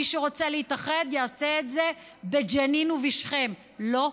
מי שרוצה להתאחד, יעשה את זה בג'נין ובשכם, לא פה.